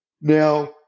Now